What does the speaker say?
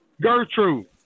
Gertrude